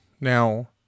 Now